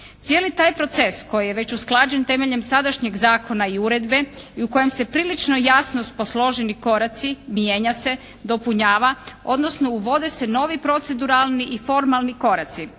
Cijeli taj proces koji je već usklađen temeljem sadašnjeg zakona i uredbe i u kojem su prilično jasno posloženi koraci mijenja se, dopunjava odnosno uvode se novi proceduralni i formalni koraci